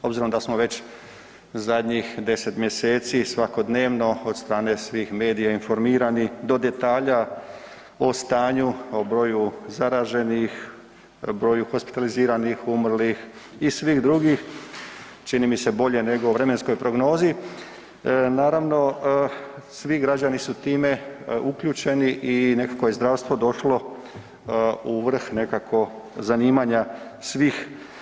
Obzirom da smo već zadnjih 10 mj. svakodnevno od strane svih medija informirani do detalja o stanju, o broju zaraženih, o broju hospitaliziranih, umrlih i svih drugih, čini mi se bolje nego o vremenskoj prognozi, naravno svi građani su time uključeni i nekako je zdravstvo došlu u vrh nekako zanimanja svih.